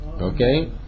Okay